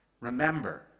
Remember